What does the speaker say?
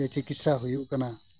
ᱪᱤᱠᱤᱛᱥᱟ ᱦᱩᱭᱩᱜ ᱠᱟᱱᱟ